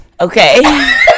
Okay